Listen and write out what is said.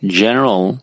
general